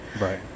Right